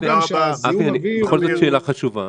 מה גם שזיהום האוויר הוא --- בכל זאת שאלה חשובה,